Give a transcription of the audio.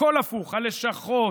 הכול הפוך: הלשכות,